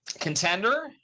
Contender